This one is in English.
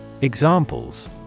Examples